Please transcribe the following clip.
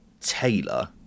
Taylor